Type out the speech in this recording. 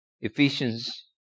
Ephesians